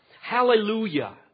Hallelujah